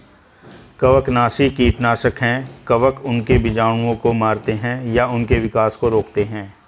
कवकनाशी कीटनाशक है कवक उनके बीजाणुओं को मारते है या उनके विकास को रोकते है